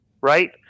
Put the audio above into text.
right